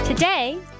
Today